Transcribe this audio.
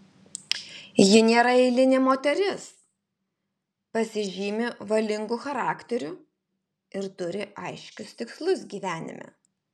ji nėra eilinė moteris pasižymi valingu charakteriu ir turi aiškius tikslus gyvenime